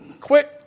Quick